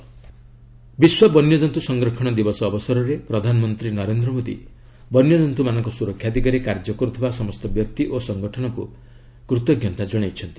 world wildlife day ବିଶ୍ୱ ବନ୍ୟଜନ୍ତୁ ସଂରକ୍ଷଣ ଦିବସ ଅବସରରେ ପ୍ରଧାନମନ୍ତ୍ରୀ ନରେନ୍ଦ୍ର ମୋଦୀ ବନ୍ୟଜନ୍ତୁମାନଙ୍କ ସୁରକ୍ଷା ଦିଗରେ କାର୍ଯ୍ୟ କରୁଥିବା ସମସ୍ତ ବ୍ୟକ୍ତି ଓ ସଂଗଠନକୁ କୂତଜ୍ଞତା ଜଣାଇଛନ୍ତି